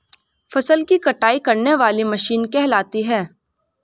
फसल की कटाई करने वाली मशीन कहलाती है?